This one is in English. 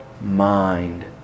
mind